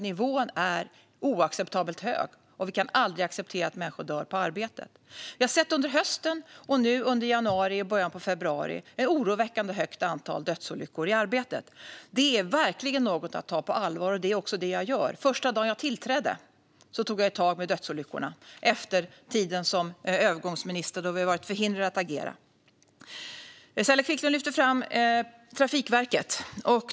Nivån är oacceptabelt hög, och vi kan aldrig acceptera att människor dör på arbetet. Under hösten och nu under januari och början av februari har vi sett ett oroväckande högt antal dödsolyckor i arbetet. Det är verkligen något att ta på allvar, och det är också det jag gör. Första dagen när jag tillträdde tog jag tag i dödsolyckorna - efter tiden som övergångsminister, då jag var förhindrad att agera. Saila Quicklund lyfter fram Trafikverket.